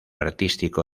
artístico